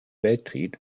weltkrieg